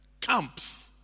camps